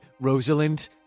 Rosalind